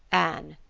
anne,